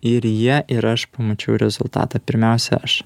ir jie ir aš pamačiau rezultatą pirmiausia aš